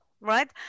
right